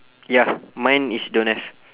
ya mine is don't have